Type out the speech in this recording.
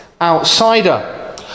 outsider